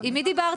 עם מי דיברת?